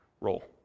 role